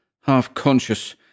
half-conscious